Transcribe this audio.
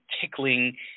tickling